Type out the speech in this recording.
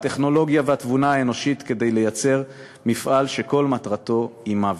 הטכנולוגיה והתבונה האנושית כדי לייצר מפעל שכל מטרתו היא מוות.